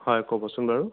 হয় ক'বছোন বাৰু